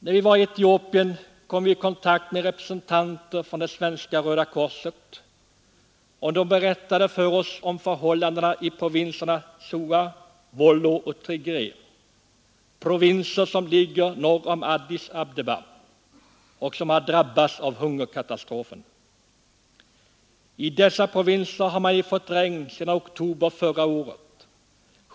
När vi var i Etiopien kom vi i kontakt med representanter för Svenska röda korset, och de berättade för oss om förhållandena i provinserna Shoa, Wollo och Tigre, provinser som ligger norr om Addis Abeba och som har drabbats av hungerkatastrofen. I dessa provinser har man ej fått regn sedan oktober förra året.